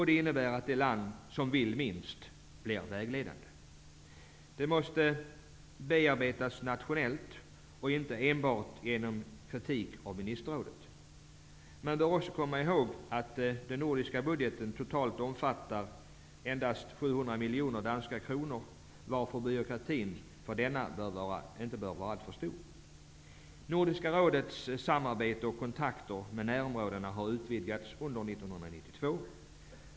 Det innebär att det land som vill minst blir vägledande. Detta problem måste bearbetas nationellt och inte enbart med kritik av ministerrådet. Man bör också komma ihåg att Nordiska rådets budget totalt omfattar endast 700 miljoner danska kronor, varför byråkratin för denna inte bör vara alltför stor. Nordiska rådets samarbete och kontakter med närområdena har utvidgats under 1992.